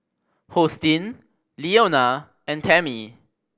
Hosteen Leona and Tammie